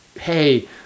hey